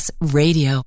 Radio